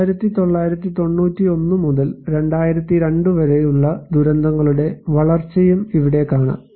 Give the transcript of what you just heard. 1991 മുതൽ 2002 വരെയുള്ള ദുരന്തങ്ങളുടെ വളർച്ചയും ഇവിടെ കാണാം